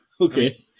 Okay